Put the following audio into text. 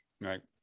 right